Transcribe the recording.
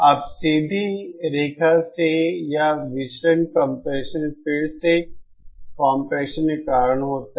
अब सीधी रेखा से यह विचलन कंप्रेशन फिर से कंप्रेशन के कारण होता है